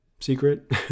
secret